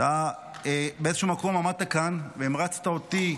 באיזה מקום עמדת כאן והמרצת אותי.